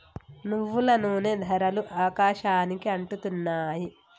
నువ్వుల నూనె ధరలు ఆకాశానికి అంటుతున్నాయి